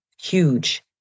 huge